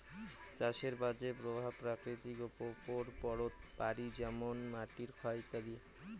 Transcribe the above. চাষের বাজে প্রভাব প্রকৃতির ওপর পড়ত পারি যেমন মাটির ক্ষয় ইত্যাদি